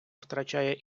втрачає